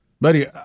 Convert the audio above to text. Buddy